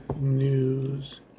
News